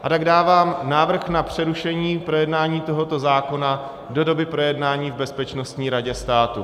A tak dávám návrh na přerušení projednávání tohoto zákona do doby projednání v Bezpečnostní radě státu.